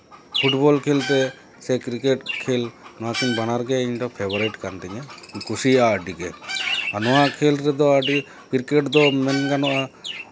football ᱠᱷᱮᱞ ᱛᱮ ᱥᱮ ᱠᱨᱤᱠᱮᱴ ᱠᱷᱮᱞ ᱱᱚᱣᱟᱠᱤᱱ ᱵᱟᱱᱟᱨ ᱜᱮ ᱤᱧ ᱫᱚ ᱯᱷᱮᱵᱟᱨᱤᱴ ᱠᱟᱱ ᱛᱤᱧᱟᱹ ᱠᱩᱥᱤᱭᱟᱜᱼᱟ ᱟᱹᱰᱤᱜᱮ ᱟᱨ ᱱᱚᱣᱟ ᱠᱷᱮᱞ ᱨᱮᱫᱚ ᱟᱹᱰᱤ ᱠᱨᱤᱠᱮᱴ ᱫᱚ ᱢᱮᱱ ᱜᱟᱱᱚᱜᱼᱟ